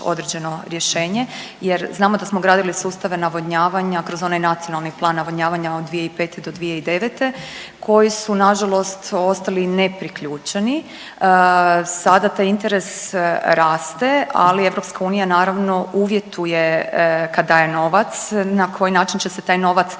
određeno rješenje jer znamo da smo gradili sustave navodnjavanja kroz onaj Nacionalni plan navodnjavanja od 2005.-2009. koji su nažalost ostali ne priključeni. Sada taj interes raste, ali EU naravno uvjetuje kada daje novac na koji način će se taj novac